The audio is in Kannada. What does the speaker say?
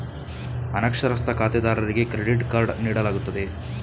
ಅನಕ್ಷರಸ್ಥ ಖಾತೆದಾರರಿಗೆ ಕ್ರೆಡಿಟ್ ಕಾರ್ಡ್ ನೀಡಲಾಗುತ್ತದೆಯೇ?